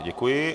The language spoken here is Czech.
Děkuji.